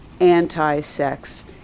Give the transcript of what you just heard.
anti-sex